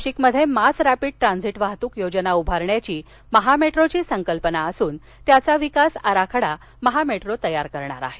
नाशिकमध्ये mass rapid transit वाहतुक योजना उभरण्याची महामेट्रोची संकल्पना असुन त्याचा विकास आराखडा महामेट्रो तयार करणार आहे